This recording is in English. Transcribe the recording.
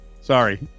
Sorry